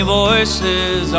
voices